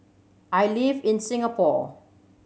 I live in Singapore